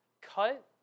Cut